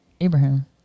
Abraham